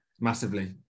massively